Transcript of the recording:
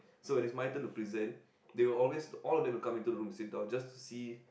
so when it's my turn to present they will always all of them will come into the room to sit down just to see